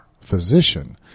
physician